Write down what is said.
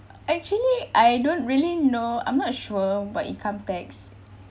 actually I don't really know I'm not sure about income tax